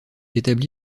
établi